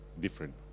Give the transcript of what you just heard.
Different